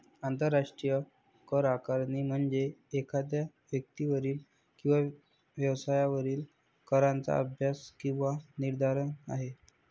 आंतरराष्ट्रीय करआकारणी म्हणजे एखाद्या व्यक्तीवरील किंवा व्यवसायावरील कराचा अभ्यास किंवा निर्धारण आहे